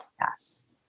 Yes